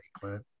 Clint